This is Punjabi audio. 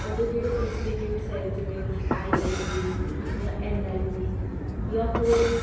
ਉਹਦੇ ਜਿਹੜੇ ਇੰਸਟੀਟਿਊਟਸ ਹੈ ਜਿਵੇਂ ਕਿ ਆਈਆਈਟੀ ਜਾਂ ਐਨਆਈਟੀ ਜਾਂ ਹੋਰ